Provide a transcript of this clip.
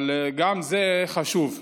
אבל גם זה חשוב.